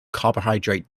carbohydrate